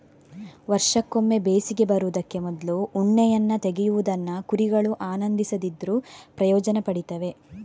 ವರ್ಷಕ್ಕೊಮ್ಮೆ ಬೇಸಿಗೆ ಬರುದಕ್ಕೆ ಮೊದ್ಲು ಉಣ್ಣೆಯನ್ನ ತೆಗೆಯುವುದನ್ನ ಕುರಿಗಳು ಆನಂದಿಸದಿದ್ರೂ ಪ್ರಯೋಜನ ಪಡೀತವೆ